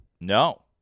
No